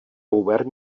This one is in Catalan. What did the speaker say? obert